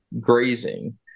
grazing